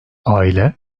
aile